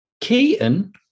Keaton